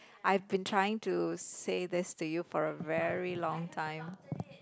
I been trying to say this to you for a very long time